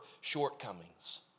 shortcomings